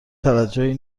توجهی